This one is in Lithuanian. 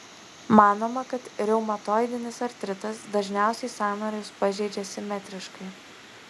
manoma kad reumatoidinis artritas dažniausiai sąnarius pažeidžia simetriškai